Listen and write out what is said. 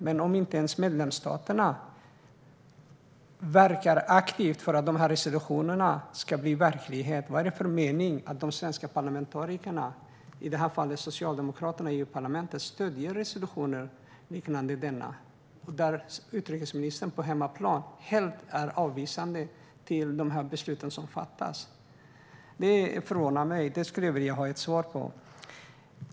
Men om inte ens medlemsstaterna verkar aktivt för att resolutionerna ska bli verklighet - vad är det då för mening med att de svenska parlamentarikerna, i det här fallet socialdemokraterna i EU-parlamentet, stöder resolutioner liknande denna? Utrikesministern på hemmaplan är ju helt avvisande till de beslut som fattas. Det förvånar mig, och detta skulle jag vilja ha ett svar på.